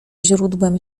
źródłem